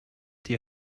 die